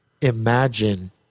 imagine